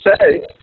say